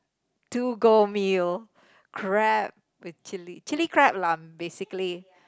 to go meal crab with chili chili crab lah basically